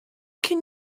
can